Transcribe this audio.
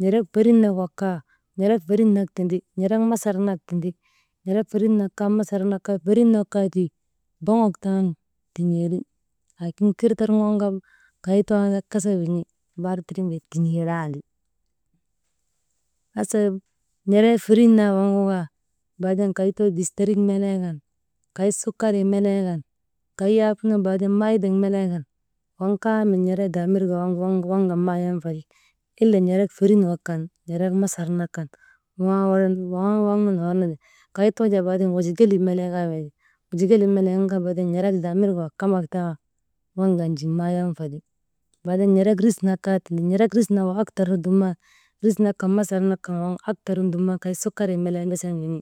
N̰erek ferin nak wak kaa n̰erek ferin nak tindi, n̰erek masar nak tindi, n̰erek ferin nak kaa, masar nak kaa, ferin nak kaa tii boŋok tan tin̰eeri, laakin kir torŋoo nu kaa kay too an kasa win̰i bar tindriinu jaa tin̰eerandi. Hasa n̰eree ferin naa waŋgu kaa baaden kay too gasterik nenee kan, kay sukarii melee kan kay yak baaden maayidak melee kan, waŋ kaamil n̰eree daamirgee waŋgu waŋkan maayan fa, ile n̰erik ferin nak kan n̰erek masar nak kan, «hesitation» waŋ an waŋ kan hornu ti, kay too jaa baaden waja gelib melee kaa windi, waja gelib melen kaa baden n̰erek daamirgek wak kamak tan waŋ kan jin maayanfa ti. Baaden n̰erek ris nak kaa tindi, n̰erek ris nagu aktar nu dumnan, ris nak kan masar nak kan nu aktar nu dumnan kay sukarii melen bes an win̰i.